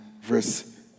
verse